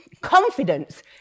confidence